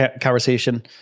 conversation